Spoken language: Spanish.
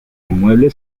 inmueble